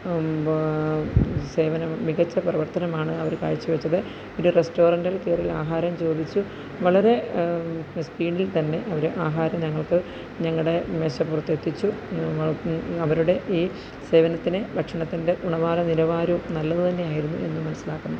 സേവനം മികച്ച പ്രവര്ത്തനമാണ് അവർ കാഴ്ചവെച്ചത് പിന്നെ റെസ്റ്റോറെന്റില് കയറി ആഹാരം ചോദിച്ചു വളരെ സ്പീഡില് തന്നെ അവർ ആഹാരം ഞങ്ങൾക്ക് ഞങ്ങളുടെ മേശപ്പുറത്ത് എത്തിച്ചു അവരുടെ ഈ സേവനത്തിന് ഭക്ഷണത്തിന്റെ ഗുണവാര നിലവാരവും നല്ലത് തന്നെ ആയിരുന്നു എന്ന് മനസ്സിലാക്കുന്നു